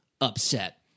upset